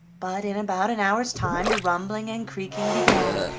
but in about an hour's time the rumbling and creaking began,